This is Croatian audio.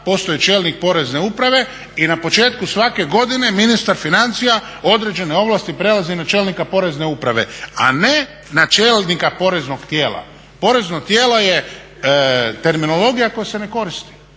postoji čelnik porezne uprave, i na početku svake godine ministar financija određene ovlasti prenosi na čelnika porezne uprave, a ne na čelnika poreznog tijela. Porezno tijelo je terminologija koja se ne koristi,